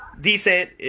decent